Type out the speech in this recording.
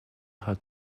her